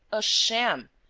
a sham!